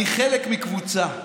אני חלק מקבוצה,